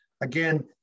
again